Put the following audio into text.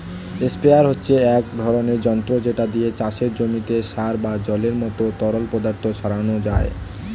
sprayer হচ্ছে এক ধরনের যন্ত্র যেটা দিয়ে চাষের জমিতে সার বা জলের মতো তরল পদার্থ ছড়ানো যায়